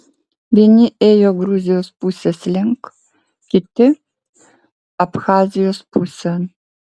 vieni ėjo gruzijos pusės link kiti abchazijos pusėn